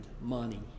money